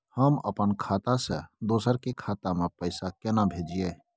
हम अपन खाता से दोसर के खाता में पैसा केना भेजिए?